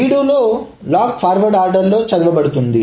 read లో log forward ఆర్డర్లో చదువు బడుతుంది